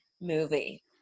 movie